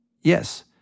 Yes